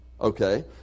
Okay